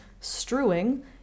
strewing